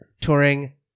touring